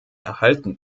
erhalten